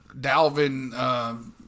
Dalvin